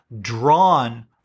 drawn